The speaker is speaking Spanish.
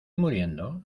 muriendo